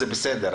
זה בסדר,